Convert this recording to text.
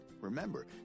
remember